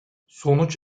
sonuç